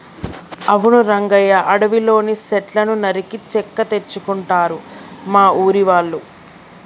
అవును రంగయ్య అడవిలోని సెట్లను నరికి చెక్క తెచ్చుకుంటారు మా ఊరి వాళ్ళు